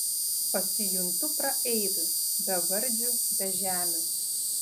pasijuntu praeiviu bevardžiu bežemiu